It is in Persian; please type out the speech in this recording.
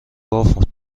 گفت